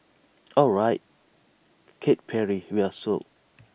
alright Katy Perry we're sold